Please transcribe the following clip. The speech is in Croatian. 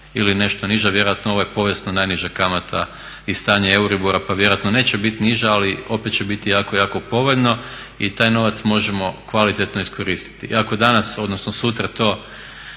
ili nešto niža, vjerojatno ovo je povijesno najniža kamata i stanje EURIBORA pa vjerojatno neće biti niža ali opet će biti jako, jako povoljno i taj novac možemo kvalitetno iskoristiti. I ako danas, odnosno sutra to